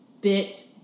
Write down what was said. bit